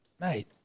mate